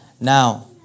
now